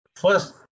first